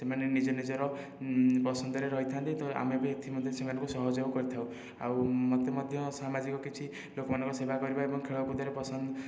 ସେମାନେ ନିଜ ନିଜର ପସନ୍ଦରେ ରହିଥାନ୍ତି ତ ଆମେ ବି ଏଥି ମଧ୍ୟରେ ସେମାନଙ୍କୁ ସହଯୋଗ କରିଥାଉ ଆଉ ମୋତେ ମଧ୍ୟ ସାମାଜିକ କିଛି ଲୋକମାନଙ୍କ ସେବା କରିବା ଏବଂ ଖେଳ କୁଦରେ ପସନ୍ଦ ଥାଏ